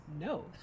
No